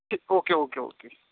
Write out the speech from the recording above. okay okay okay